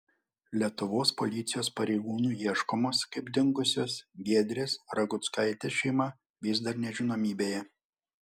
lietuvos policijos pareigūnų ieškomos kaip dingusios giedrės raguckaitės šeima vis dar nežinomybėje